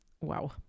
Wow